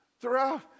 throughout